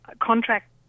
contract